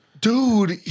Dude